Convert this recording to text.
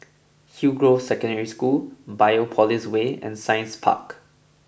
Hillgrove Secondary School Biopolis Way and Science Park